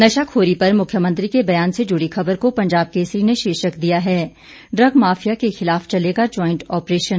नशाखोरी पर मुख्यमंत्री के बयान से जुड़ी खबर को पंजाब केसरी ने शीर्षक दिया है ड्रग माफिया के खिलाफ चलेगा ज्वाइंट ऑप्रेशन